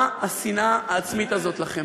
מה השנאה העצמית הזאת לכם?